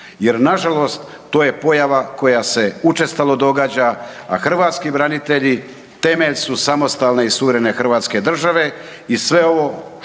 jer nažalost, to je pojava koja se učestalo događa, a hrvatski branitelji temelj su samostalne i suverene Hrvatske države i sve ovo što